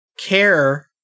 care